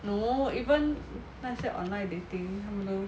no even 那些 online dating 他们都